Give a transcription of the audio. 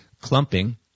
clumping